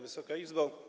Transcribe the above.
Wysoka Izbo!